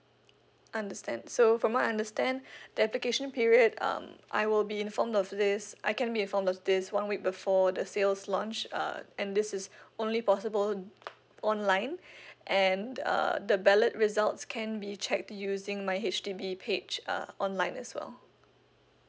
understand so from what I understand the application period um I will be informed of this I can be Informed of this one week before the sales launch uh and this is only possible online and uh the ballot results can be checked using my H_D_B page uh online as well